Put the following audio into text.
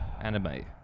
anime